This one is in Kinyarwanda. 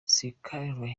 scarlett